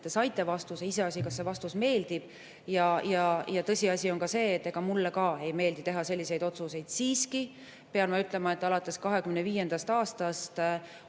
saite vastuse, iseasi, kas see vastus teile meeldib. Tõsiasi on see, et ega mulle ka ei meeldi teha selliseid otsuseid. Siiski pean ma ütlema, et alates 2025. aastast